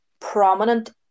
prominent